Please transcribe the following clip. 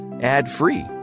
ad-free